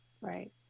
Right